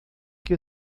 que